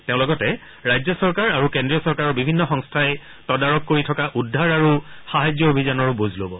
তেওঁ লগতে ৰাজ্য চৰকাৰ আৰু কেন্দ্ৰীয় চৰকাৰৰ বিভিন্ন সংস্থাই তদাৰক কৰি থকা উদ্ধাৰ আৰু সাহায্য অভিযানৰো বুজ লব